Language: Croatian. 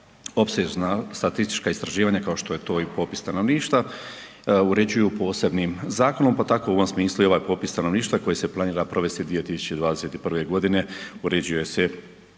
opsežna statistička istraživanja kao što je to i popis stanovništva uređuju posebnim zakonom, pa tako u ovom smislu i ovaj popis stanovništva koji se planira provesti 2021. godine, uređuje se